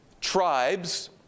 tribes